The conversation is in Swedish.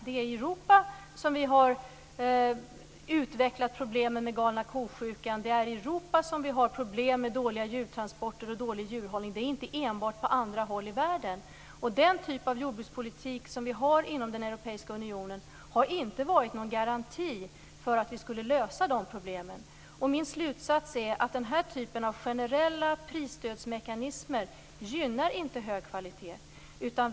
Det är i Europa vi har utvecklat problemen med galna ko-sjukan. Det är i Europa som vi har problem med dåliga djurtransporter och dålig djurhållning. Det är inte enbart på andra håll i världen. Den typ av jordbrukspolitik som vi har inom den europeiska unionen har inte varit någon garanti för att vi skulle lösa de problemen. Min slutsats är att den här typen av generella prisstödsmekanismer inte gynnar hög kvalitet.